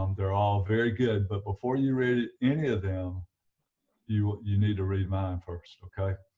um they're all very good but before you read any of them you, you need to read mine first, okay